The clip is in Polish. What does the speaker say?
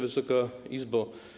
Wysoka Izbo!